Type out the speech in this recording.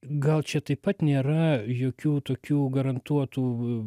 gal čia taip pat nėra jokių tokių garantuotų